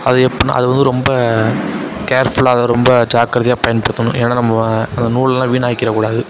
அது எப்படின்னா அதுவந்து ரொம்ப கேர்ஃபுல்லாக அதை ரொம்ப ஜாக்கிரதையா பயன்படுத்தணும் ஏன்னா நம்ம அந்த நூலெல்லாம் வீணாக்கிவிடக்கூடாது